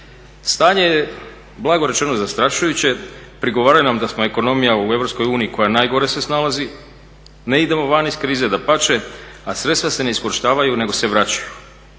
Stanje je blago rečeno zastrašujuće. Prigovaraju nam da smo ekonomija u Europskoj uniji koja najgore se snalazi, ne idemo van iz krize, dapače, a sredstva se ne iskorištavaju nego se vraćaju.